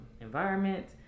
environment